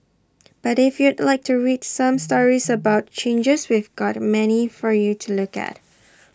but if you'd like to read some stories about the changes we've got many for you to look at